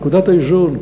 נקודת האיזון,